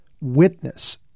witness